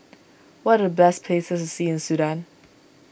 what are the best places to see in Sudan